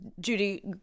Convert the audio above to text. Judy